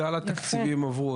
כלל התקציבים עברו,